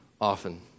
often